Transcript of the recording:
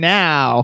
now